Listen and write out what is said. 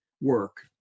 work